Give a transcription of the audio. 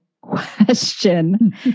question